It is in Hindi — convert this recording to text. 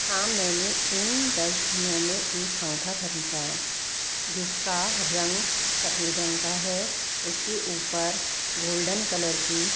हाँ मैंने इन दस दिनों में एक पंखा ख़रीदा है जिसका रंग सफ़ेद रंग का है उसके ऊपर गोल्डन कलर की